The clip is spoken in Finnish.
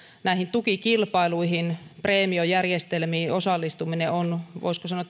näihin tukikilpailuihin preemiojärjestelmiin osallistuminen on voisiko sanoa